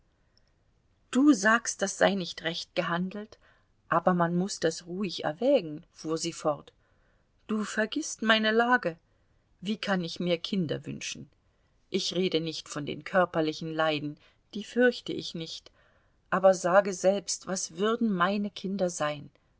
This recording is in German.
du sagst das sei nicht recht gehandelt aber man muß das ruhig erwägen fuhr sie fort du vergißt meine lage wie kann ich mir kinder wünschen ich rede nicht von den körperlichen leiden die fürchte ich nicht aber sage selbst was würden meine kinder sein